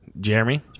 Jeremy